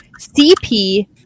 CP